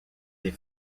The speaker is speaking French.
des